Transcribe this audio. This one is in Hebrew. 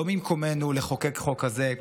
לא מקומנו לחוקק חוק כזה,